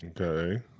Okay